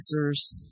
answers